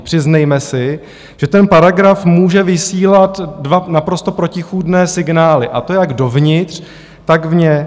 Přiznejme si, že ten paragraf může vysílat dva naprosto protichůdné signály, a to jak dovnitř, tak vně.